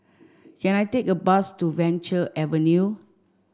can I take a bus to Venture Avenue